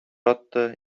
атты